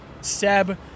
Seb